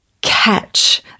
catch